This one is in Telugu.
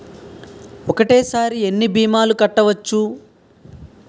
ఒక్కటేసరి ఎన్ని భీమాలు కట్టవచ్చు?